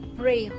pray